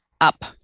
up